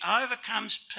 overcomes